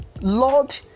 Lord